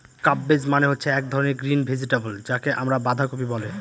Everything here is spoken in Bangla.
কাব্বেজ মানে হচ্ছে এক ধরনের গ্রিন ভেজিটেবল যাকে আমরা বাঁধাকপি বলে